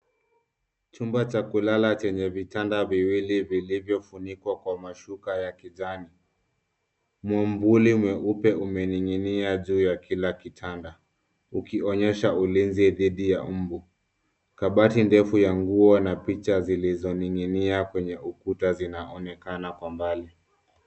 Chumba cha kulala chenye vitanda viwili vilivyofunikwa kwa mashuka ya kijani. Mwafuli mweupe umening'inia juu ya kila kitanda, ukionyesha ulinzi dhidi ya mbu. Kabati ndefu ya nguo na picha zilizoninginia kwenye ukuta zinaonekana kwa mbali.